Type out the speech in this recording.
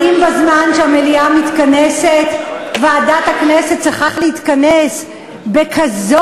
האם בזמן שהמליאה מתכנסת ועדת הכנסת צריכה להתכנס בכזאת